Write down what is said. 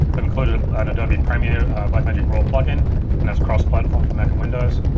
but including an adobe premiere blackmagic raw plugin and that's cross-platform for mac and windows.